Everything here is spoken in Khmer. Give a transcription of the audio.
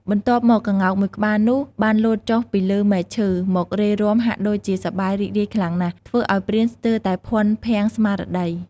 បន្ទាប់មកក្ងោកមួយក្បាលនោះបានលោតចុះពីលើមែកឈើ មករេរាំហាក់ដូចជាសប្បាយរីករាយខ្លាំងណាស់ ធ្វើឱ្យព្រានស្ទើរតែភាន់ភាំងស្មារតី។